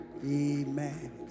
Amen